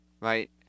Right